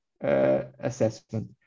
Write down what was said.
assessment